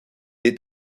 est